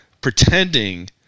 pretending